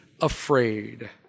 afraid